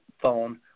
phone